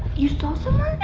you saw so